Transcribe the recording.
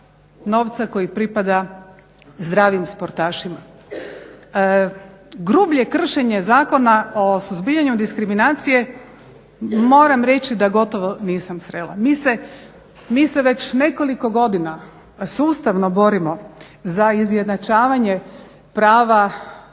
novca koji pripada zdravim sportašima. Grublje kršenje Zakona o suzbijanju diskriminacije, moram reći da gotovo nisam srela. Mi se već nekoliko godina sustavno borimo za izjednačavanje prava